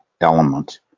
element